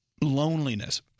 Loneliness